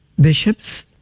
bishops